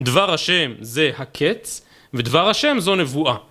דבר השם זה הקץ, ודבר השם זו נבואה.